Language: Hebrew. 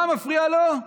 מה מפריע לו?